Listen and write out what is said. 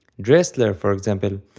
dressler for example,